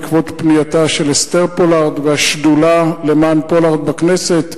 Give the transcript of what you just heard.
בעקבות פנייתה של אסתר פולארד והשדולה למען פולארד בכנסת,